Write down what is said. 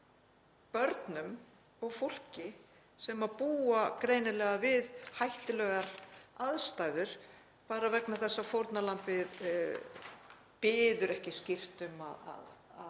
börnum og fólki sem býr greinilega við hættulegar aðstæður, bara vegna þess að fórnarlambið biður ekki skýrt um að